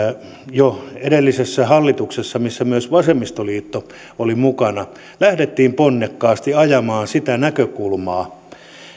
jo edellisessä hallituksessa missä myös vasemmistoliitto oli mukana lähdettiin ponnekkaasti ajamaan sitä näkökulmaa